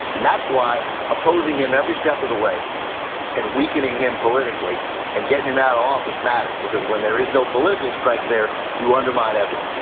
and that's why opposing him every step of the way and weakening him politically and getting him out of office matters, because when there is no political strength there you undermine everything.